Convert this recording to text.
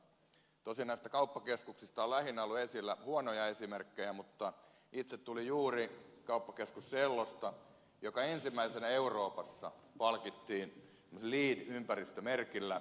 tosin näistä kauppakeskuksista on lähinnä ollut esillä huonoja esimerkkejä mutta itse tulin juuri kauppakeskus sellosta joka ensimmäisenä euroopassa palkittiin leed ympäristömerkillä